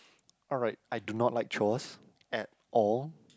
alright I do not like chores at all